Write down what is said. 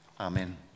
Amen